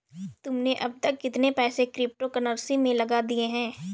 तुमने अब तक कितने पैसे क्रिप्टो कर्नसी में लगा दिए हैं?